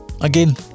Again